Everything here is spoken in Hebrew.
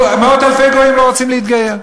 מאות-אלפי גויים לא רוצים להתגייר,